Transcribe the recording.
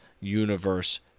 universe